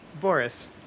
Boris